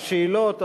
השאלות,